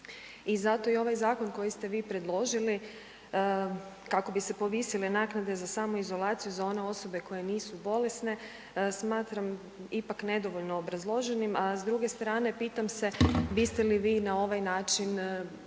i zato i ovaj zakon koji ste vi predložili kako bi se povisile naknade za samoizolaciju za one osobe koje nisu bolesne smatram ipak nedovoljno obrazloženim, a s druge strane pitam se biste li vi na ovaj način